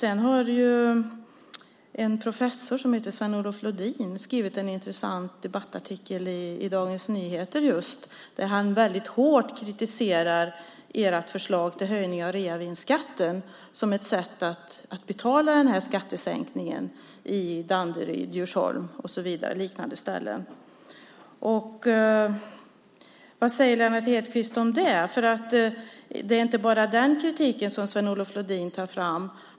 En professor som heter Sven Olof Lodin har skrivit en intressant debattartikel i Dagens Nyheter där han väldigt hårt kritiserar ert förslag till höjning av reavinstskatten som ett sätt att betala den här skattesänkningen i Danderyd, Djursholm och liknande ställen. Vad säger Lennart Hedquist om det? Det är inte bara den kritiken som Sven Olof Lodin tar fram.